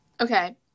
okay